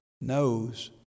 knows